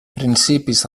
principis